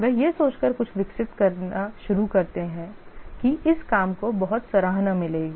वे यह सोचकर कुछ विकसित करना शुरू करते हैं कि इस काम को बहुत सराहना मिलेगी